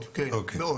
מאוד, מאוד.